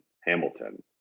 Hamilton